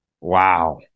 Wow